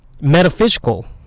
metaphysical